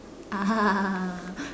(uh huh)